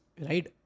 right